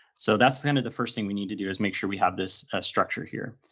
so that's kind of the first thing we need to do, is make sure we have this structure here.